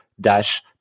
dash